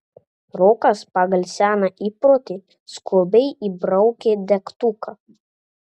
rokas pagal seną įprotį skubiai įbraukė degtuką